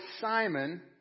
Simon